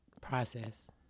process